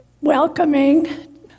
welcoming